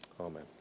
Amen